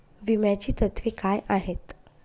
विम्याची तत्वे काय आहेत?